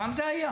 פעם זה היה.